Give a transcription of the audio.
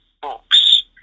books